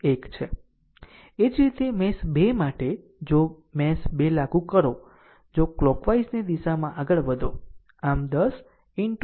એ જ રીતે મેશ 2 માટે જો મેશ 2 લાગુ કરો જો કલોકવાઈઝ ની દિશામાં આગળ વધો